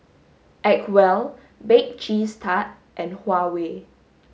acwell bake cheese tart and Huawei